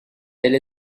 elle